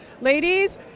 ladies